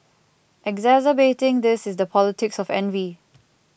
exacerbating this is the politics of envy